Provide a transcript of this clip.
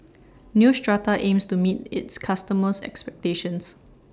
Neostrata aims to meet its customers' expectations